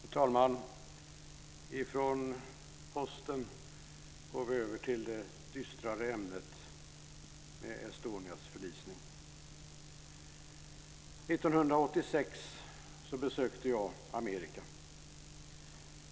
Fru talman! Från Posten går vi över till det dystrare ämnet Estonias förlisning. Jag besökte Amerika 1986.